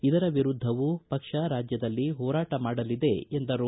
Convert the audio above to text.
ಇದರ ವಿರುದ್ದವು ಪಕ್ಷ ರಾಜ್ಯದಲ್ಲಿ ಹೋರಾಟ ಮಾಡಲಿದೆ ಎಂದರು